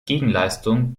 gegenleistung